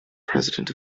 president